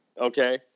Okay